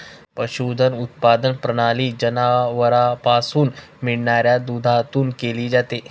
पशुधन उत्पादन प्रणाली जनावरांपासून मिळणाऱ्या दुधातून केली जाते